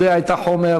יודע את החומר,